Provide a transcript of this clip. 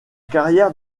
carrière